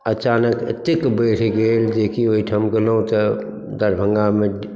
अचानक एतेक बढ़ि गेल जे कि ओहिठाम गेलहुँ तऽ दरभंगामे